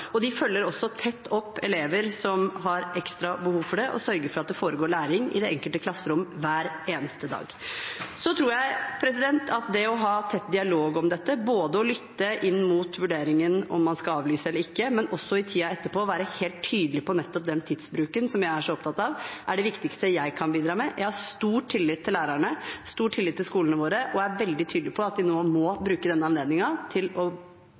De følger også tett opp elever som har ekstra behov for det, og sørger for at det foregår læring i det enkelte klasserom hver eneste dag. Jeg tror at det å ha tett dialog om dette, både å lytte inn mot vurderingen om hvorvidt man skulle avlyse eller ikke, og også i tiden etterpå være helt tydelig på nettopp den tidsbruken som jeg er så opptatt av, er det viktigste jeg kan bidra med. Jeg har stor tillit til lærerne, stor tillit til skolene våre og er veldig tydelig på at de må bruke denne anledningen og utnytte tiden til fulle. Det er godt å